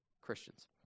Christians